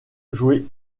joué